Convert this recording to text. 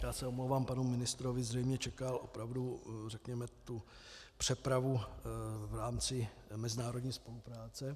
Já se omlouvám panu ministrovi, zřejmě čekal opravdu řekněme tu přepravu v rámci mezinárodní spolupráce.